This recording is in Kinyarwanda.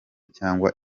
cyangwa